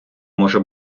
може